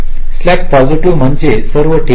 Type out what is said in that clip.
slack positive म्हणजे सर्व ठीक आहे